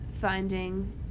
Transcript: finding